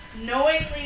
knowingly